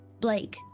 Blake